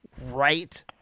right